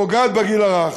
פוגעת בגיל הרך,